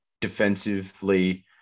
defensively